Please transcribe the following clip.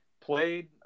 played